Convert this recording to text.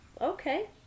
Okay